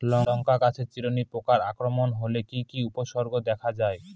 লঙ্কা গাছের চিরুনি পোকার আক্রমণ হলে কি কি উপসর্গ দেখা যায়?